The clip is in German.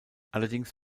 allerdings